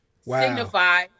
signify